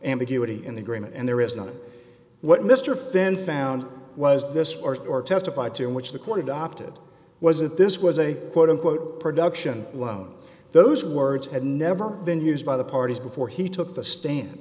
ambiguity in the agreement and there is not what mr fenn found was this or testified to and which the court adopted was that this was a quote unquote production loan those words had never been used by the parties before he took the stand